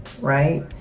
right